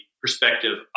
perspective